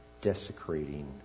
desecrating